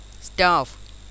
staff